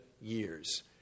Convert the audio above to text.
years